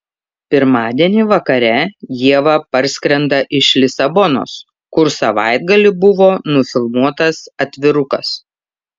pirmadienį vakare ieva parskrenda iš lisabonos kur savaitgalį buvo nufilmuotas atvirukas